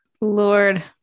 Lord